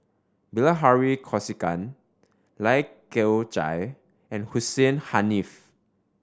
Bilahari Kausikan Lai Kew Chai and Hussein Haniff